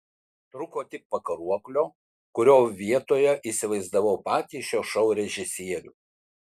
trūko tik pakaruoklio kurio vietoje įsivaizdavau patį šio šou režisierių